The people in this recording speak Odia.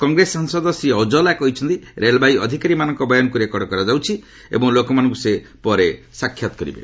କଂଗ୍ରେସ ସାଂସଦ ଶ୍ରୀ ଔଜଲା କହିଛନ୍ତି ରେଳବାଇ ଅଧିକାରୀମାନଙ୍କ ବୟାନକୁ ରେକର୍ଡ କରାଯାଉଛି ଏବଂ ଲୋକମାନଙ୍କୁ ସେ ପରେ ସାକ୍ଷାତ କରିବେ